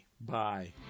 Bye